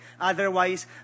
Otherwise